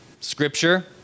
Scripture